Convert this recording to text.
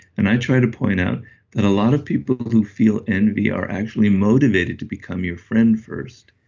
and i try to point out that a lot of people who feel envy are actually motivated to become your friend first.